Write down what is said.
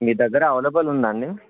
మీ దగ్గర అవైలబుల్ ఉందా అండి